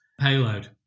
payload